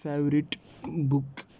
favourite book